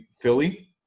Philly